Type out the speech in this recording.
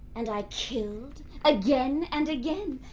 and i killed again, and again.